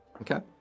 Okay